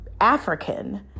African